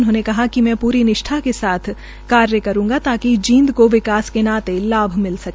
उन्होंने कहा कि मैं पूरी निष्ठा के साथ कार्य करूंगा ताकि जींद को विकास के नाते लाभ मिल सके